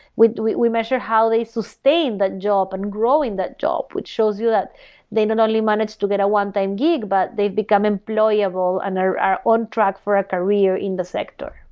we we measure how they sustain that job and growing that job which shows you that they don't only manage to get a one-time gig, but they've become employable and are are on track for a career in the sector.